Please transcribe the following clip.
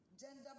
gender